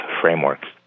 frameworks